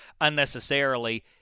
unnecessarily